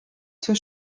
zur